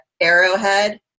arrowhead